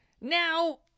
Now